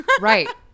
Right